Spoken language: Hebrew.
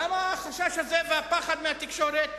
למה החשש הזה והפחד מהתקשורת?